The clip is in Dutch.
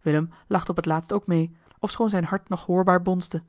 willem lachte op het laatst ook mee ofschoon zijn hart nog hoorbaar bonsde